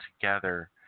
together